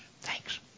Thanks